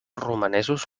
romanesos